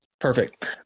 Perfect